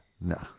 No